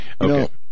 Okay